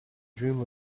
dream